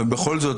אבל בכל זאת,